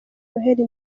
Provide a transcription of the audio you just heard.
noheli